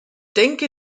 denke